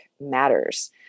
matters